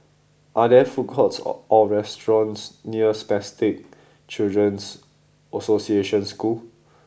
are there food courts or restaurants near Spastic Children's Association School